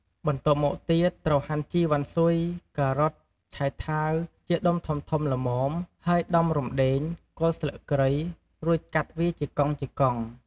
បន្ទាប់មកទៀតត្រូវហាន់ជីវ៉ាន់ស៊ុយ ការ៉ុត ឆៃថាវ ជាដុំធំៗល្មម ហើយដំរំដេង គល់ស្លឹកគ្រៃ រួចកាត់វាជាកង់ៗ។